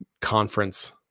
conference